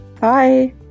bye